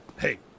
Hey